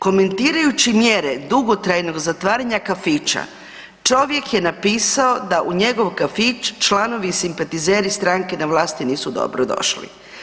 Komentirajući mjere, dugotrajnog zatvaranja kafića, čovjek je napisao da u njegov kafić članovi i simpatizeri stranke na vlasti nisu dobrodošli.